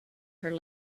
her